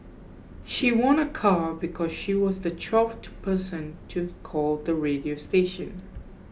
she won a car because she was the twelfth person to call the radio station